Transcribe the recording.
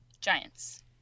Giants